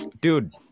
Dude